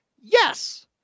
Yes